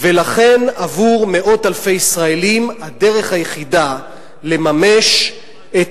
ולכן עבור מאות-אלפי ישראלים הדרך היחידה לממש את